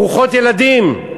ברוכות ילדים.